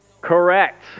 Correct